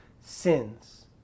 sins